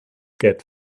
get